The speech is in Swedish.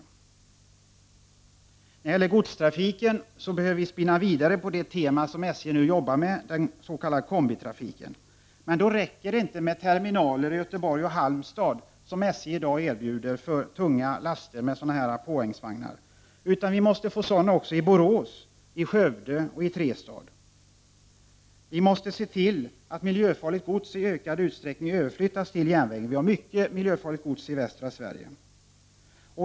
När det gäller godstrafiken behöver vi spinna vidare på SJ:s idéer om en utvecklad kombitrafik. Men då räcker det inte med terminaler i Göteborg och Halmstad, som SJ i dag erbjuder för tunga laster med påhängsvagnar, utan vi måste få sådana också i Borås, Skövde och i Trestad. Vi måste se till att miljöfarligt gods i ökad utsträckning överflyttas till järnvägen. Vi har mycket miljöfarligt gods i västra Sverige.